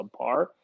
subpar